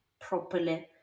properly